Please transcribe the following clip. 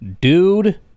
dude